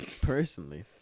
Personally